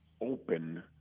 open